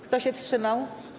Kto się wstrzymał?